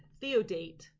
Theodate